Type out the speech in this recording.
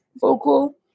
vocal